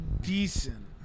decent